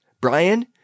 Brian